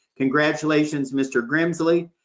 congratulations, mr. grimsley.